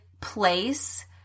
place